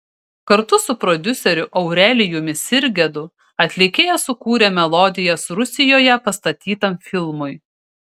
kartu su prodiuseriu aurelijumi sirgedu atlikėja sukūrė melodijas rusijoje pastatytam filmui